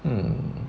mm